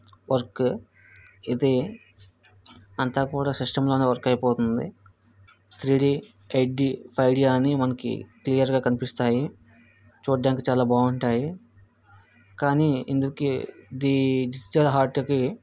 work ఇది అంతా కూడా సిస్టంలో వర్క్ అయిపోతుంది D eight D five D డీ అని మనకి క్లియర్గా కనిపిస్తాయి చూడడానికి చాలా బాగుంటాయి కానీ ఇందుకు దీని డిజిటల్ ఆర్ట్కి